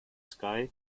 sky